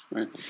Right